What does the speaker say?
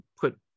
put